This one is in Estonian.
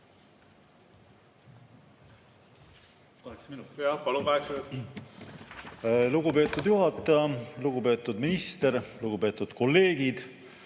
Lugupeetud juhataja! Lugupeetud minister! Lugupeetud kolleegid!